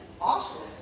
Awesome